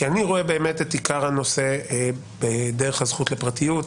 כי אני רואה באמת את עיקר הנושא בדרך הזכות לפרטיות,